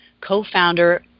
co-founder